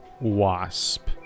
wasp